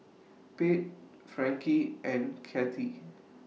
Pate Frankie and Kathy